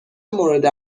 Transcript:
مورد